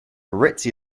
ritzy